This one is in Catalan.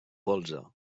polze